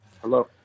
Hello